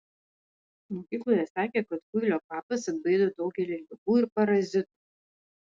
mokykloje sakė kad kuilio kvapas atbaido daugelį ligų ir parazitų